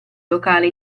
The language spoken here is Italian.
locale